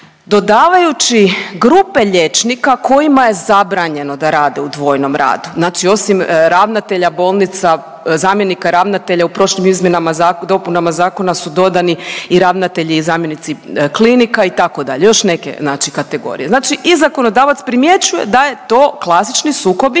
dodavajući grupe liječnika kojima je zabranjeno da rade u dvojnom radu. Znači osim ravnatelja bolnica, zamjenika ravnatelja u prošlim izmjenama i dopunama zakona su dodani i ravnatelji i zamjenici klinika itd., još neke kategorije. Znači i zakonodavac primjećuje da je to klasični sukob